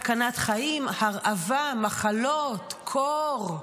סכנת חיים, הרעבה, מחלות, קור,